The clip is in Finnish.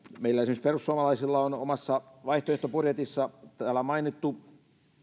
meillä perussuomalaisilla on omassa vaihtoehtobudjetissamme täällä mainittu